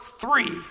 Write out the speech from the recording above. three